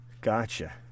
Gotcha